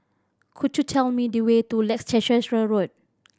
could you tell me the way to Leicester Road